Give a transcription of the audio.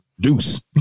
Deuce